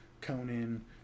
Conan